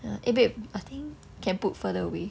eh babe can put further away